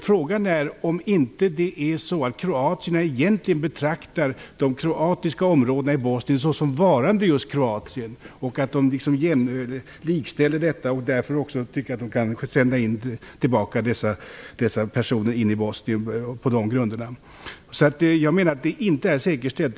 Frågan är om inte kroaterna egentligen betraktar de kroatiska områdena i Bosnien såsom varande just Kroatien. Därför tycker de att de kan sända tillbaka dessa personer till Bosnien. Jag menar att det inte är säkerställt.